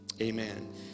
amen